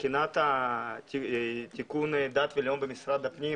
שמבחינת תיקון דת ולאום במשרד הפנים,